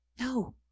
No